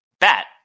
bat